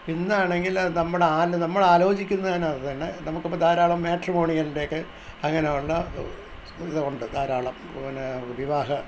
ഇന്നാണെങ്കിൽ നമ്മൾ നമുക്കിപ്പോൾ ധാരാളം മാട്രിമോണിൻ്റെയൊക്കെ അങ്ങനെയുള്ള ഇത് ഉണ്ട് ധാരാളം പിന്നെ വിവാഹം